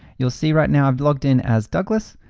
you'll see right now i've logged in as douglas,